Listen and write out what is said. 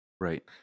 Right